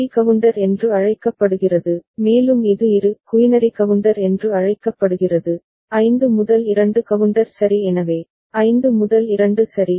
D counter என்று அழைக்கப்படுகிறது மேலும் இது இரு குயினரி கவுண்டர் என்று அழைக்கப்படுகிறது 5 2 கவுண்டர் சரி எனவே 5 2 சரி